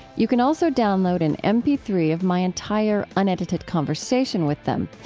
you can also download an m p three of my entire unedited conversation with them.